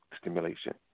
stimulation